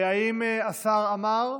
השר עמאר,